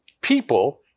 people